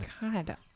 God